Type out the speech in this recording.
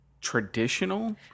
traditional